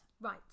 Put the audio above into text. Right